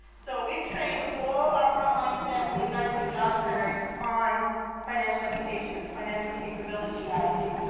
so we've trained all our frontline staff in the american job centers on financial education and financial capability strategies.